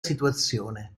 situazione